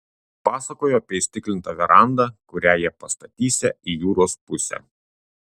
pasakojo apie įstiklintą verandą kurią jie pastatysią į jūros pusę